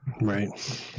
Right